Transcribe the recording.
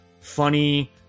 funny